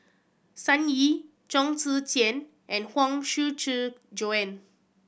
Sun Yee Chong Tze Chien and Huang Shiqi Joan